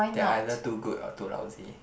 they are either too good or too lousy